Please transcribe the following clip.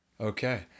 okay